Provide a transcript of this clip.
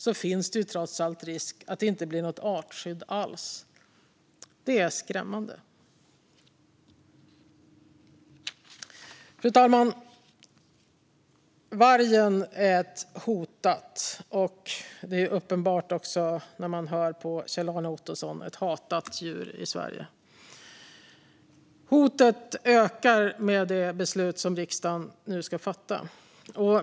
Då finns trots allt en risk att det inte blir något artskydd alls. Detta är skrämmande. Vargen är ett hotat djur i Sverige, och när man hör på Kjell-Arne Ottosson blir det uppenbart att det också är ett hatat djur. Hotet ökar med de beslut som riksdagen nu ska fatta.